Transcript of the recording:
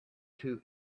two